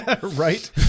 Right